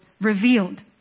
revealed